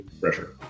pressure